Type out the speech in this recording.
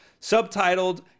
subtitled